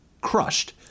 crushed